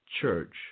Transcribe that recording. church